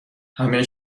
همه